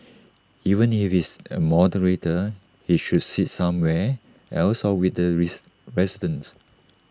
even if he is A moderator he should sit somewhere else or with the raise residents